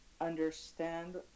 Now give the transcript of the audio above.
understand